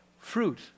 Fruit